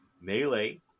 melee